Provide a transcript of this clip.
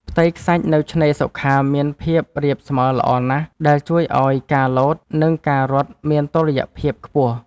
ផ្ទៃខ្សាច់នៅឆ្នេរសុខាមានភាពរាបស្មើល្អណាស់ ដែលជួយឱ្យការលោត និងការរត់មានតុល្យភាពខ្ពស់។